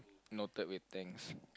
noted with thanks